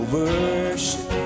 worship